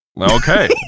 Okay